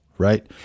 right